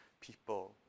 people